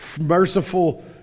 merciful